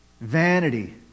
vanity